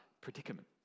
predicament